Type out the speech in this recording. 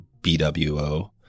BWO